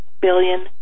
billion